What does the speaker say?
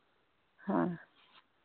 हाँ